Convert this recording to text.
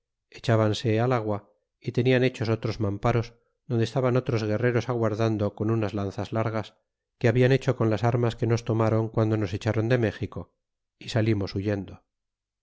echbanse al agua y tenían hechos otros mamparos donde estaban otros guerreros aguardando con unas lanzas largas que hablan hecho con las armas que nos tomron guando nos echron de méxico e salimos huyendo y